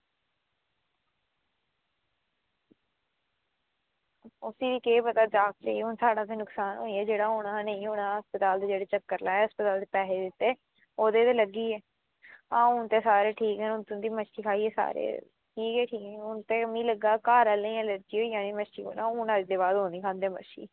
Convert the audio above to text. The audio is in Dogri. उसी केह् पता जागतै ई साढ़ा नुक्सान होई गै गेदा हून होना जां नेईं होना अस्पताल दे जेह्ड़े चक्कर लाए ते जेह्के पैसे दित्ते ओह् ते लग्गी गे आं हून सारे ठीक न तुंदी मच्छी खाइयै सारे ठीक न ते हून मिगी लग्गा दा की अगली बार हून न खंदे मच्छी